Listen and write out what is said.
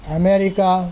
America